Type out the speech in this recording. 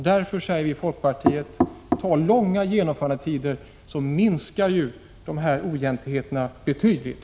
Därför säger folkpartiet: Ta långa genomförandetider, så minskar dessa oegentligheter betydligt!